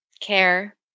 Care